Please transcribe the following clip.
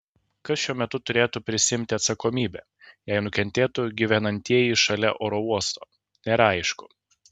kas šiuo metu turėtų prisiimti atsakomybę jei nukentėtų gyvenantieji šalia oro uosto nėra aišku